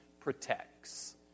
protects